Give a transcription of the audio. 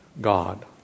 God